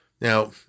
Now